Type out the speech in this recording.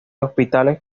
hospitales